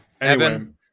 Evan